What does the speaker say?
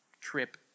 trip